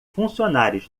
funcionários